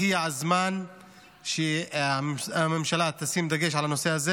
הגיע הזמן שהממשלה תשים דגש על הנושא הזה